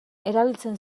erabiltzen